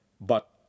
But